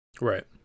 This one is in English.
right